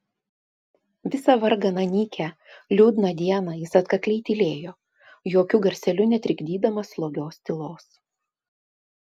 visą varganą nykią liūdną dieną jis atkakliai tylėjo jokiu garseliu netrikdydamas slogios tylos